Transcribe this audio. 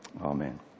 amen